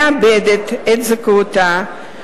מאבדת את זכאותה,